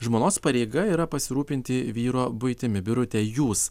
žmonos pareiga yra pasirūpinti vyro buitimi birute jūs